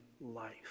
life